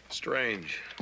Strange